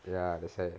ya that's why